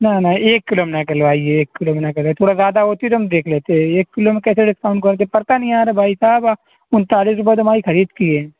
نہ نہ ایک کلو میں نہ کہلوائیے ایک کلو میں نہ کہہ تھوڑا زیادہ ہوتی تو ہم دیکھ لیتے ایک کلو میں کیسے ڈسکاؤنٹ کر پڑتا نہیں یار بھائی صاحب اُنتالیس روپیے تو ہماری خرید کی ہے